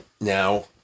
Now